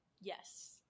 Yes